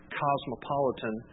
cosmopolitan